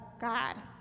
God